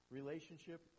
relationship